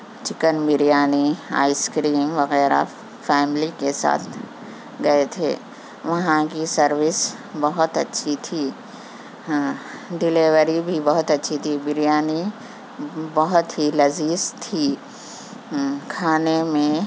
chicken biryani ice cream وغیرہ family کے ساتھ گئے تھے وہاں کی سروس بہت اچھی تھی ڈلیوری بھی بہت اچھی تھی بریانی بہت ہی لذیذ تھی کھانے میں